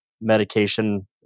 medication